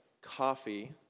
coffee